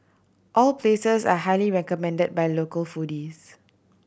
all places are highly recommended by local foodies